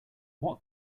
what